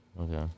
Okay